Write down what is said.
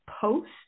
post